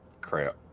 Crap